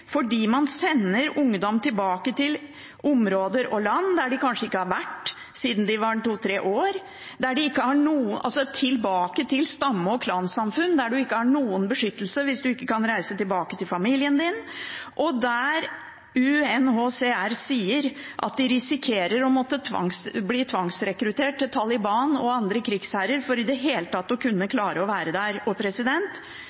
fordi man sender ungdom tilbake til områder og land der de kanskje ikke har vært siden de var to–tre år, altså tilbake til stamme- og klansamfunn der man ikke har noen beskyttelse hvis man ikke kan reise tilbake til familien sin, og der UNHCR sier at de risikerer å måtte bli tvangsrekruttert til Taliban og andre krigsherrer for i det hele tatt å kunne